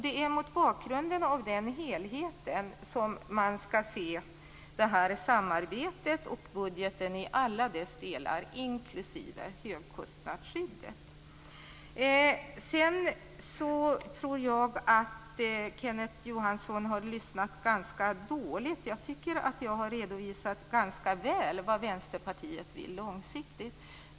Det är mot bakgrund av den helheten som man skall se detta samarbete och budgeten i alla dess delar, inklusive högkostnadsskyddet. Jag tror att Kenneth Johansson har lyssnat dåligt. Jag tycker att jag har redovisat ganska väl vad Vänsterpartiet vill långsiktigt.